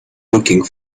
looking